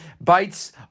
bites